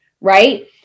right